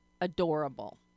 adorable